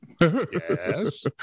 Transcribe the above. Yes